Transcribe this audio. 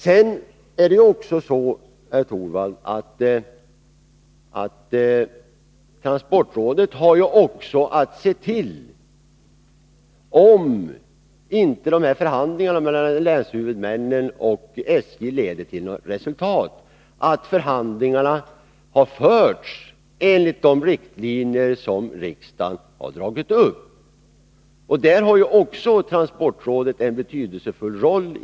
Transportrådet har också, herr Torwald, att se till, om förhandlingarna mellan länshuvudmännen och SJ inte leder till något resultat, att dessa har förts enligt de riktlinjer som riksdagen har dragit upp. Också i det avseendet har transportrådet en betydelsefull roll.